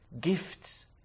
gifts